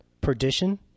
Perdition